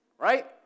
Right